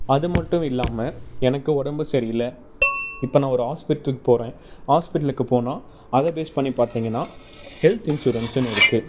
அது மட்டும் இல்லாமல் எனக்கு உடம்பு சரியில்லை இப்போ நான் ஒரு ஆஸ்பிட்டலுக்கு போகறேன் ஆஸ்பிட்டலுக்குப் போனால் அதை பேஸ் பண்ணிப் பார்த்தீங்கன்னா ஹெல்த் இன்சூரன்ஸ்னு இருக்கு